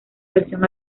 versión